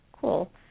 Cool